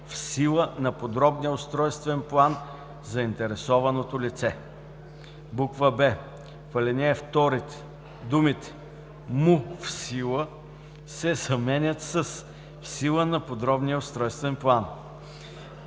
„в сила на подробния устройствен план заинтересованото лице“; б) в ал. 2 думите „му в сила“ се заменят с „в сила на подробния устройствен план“.